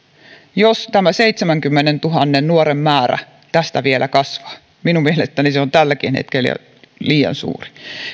jos tämä seitsemänkymmenentuhannen nuoren määrä tästä vielä kasvaa minun mielestäni se on tälläkin hetkellä jo liian suuri